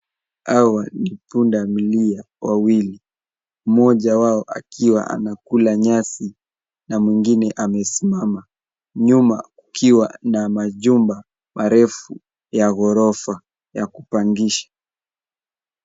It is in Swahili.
Hawa ni pundamilia wawili, mmoja wao akiwa anakula nyasi na mwingine amesimama nyuma kukiwa na majumba marefu ya ghorofa ya kupangisha.